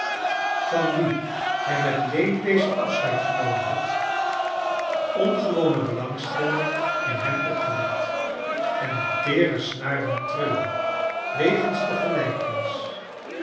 van wie hij met leedwezen afscheid genomen had ongewone belangs telling in hem opgewekt en een teere snaar doen trillen wegens de gelijkenis